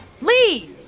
Lee